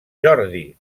jordi